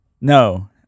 No